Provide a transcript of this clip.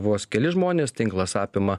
vos keli žmonės tinklas apima